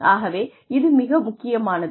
ஆகவே இது மிக முக்கியமானது